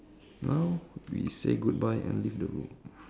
now we say goodbye and leave the room